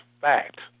fact